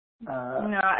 no